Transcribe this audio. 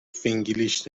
فینگلیش